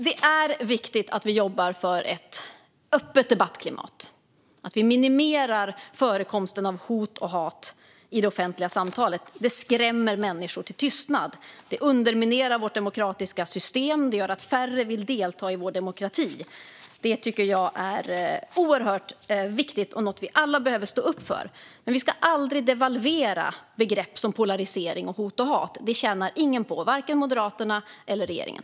Det är viktigt att vi jobbar för ett öppet debattklimat och att vi minimerar förekomsten av hot och hat i det offentliga samtalet. Det skrämmer människor till tystnad. Det underminerar vårt demokratiska system. Det gör att färre vill delta i vår demokrati. Det tycker jag är oerhört viktigt och något som vi alla behöver stå upp för. Vi ska aldrig devalvera begrepp som polarisering, hot och hat. Det tjänar ingen på, varken Moderaterna eller regeringen.